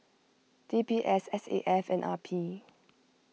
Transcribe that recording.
D B S S A F and R P